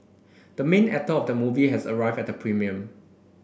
the main actor of the movie has arrived at the premiere